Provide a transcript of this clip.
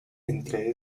entre